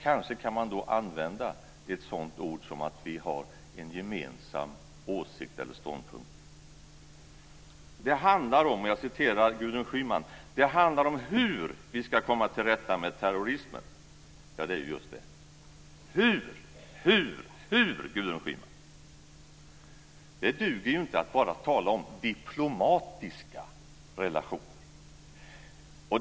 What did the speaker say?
Kanske kan man då använda sådana ord som att vi har en gemensam åsikt eller ståndpunkt. Det handlar om, som Gudrun Schyman sade, hur vi ska komma till rätta med terrorismen. Ja, det är just det: Hur, hur, hur, Gudrun Schyman? Det duger inte att bara tala om diplomatiska relationer.